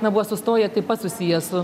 nebuvo sustoję taip pat susiję su